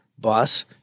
bus